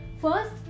First